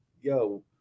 yo